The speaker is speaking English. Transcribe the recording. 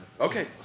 Okay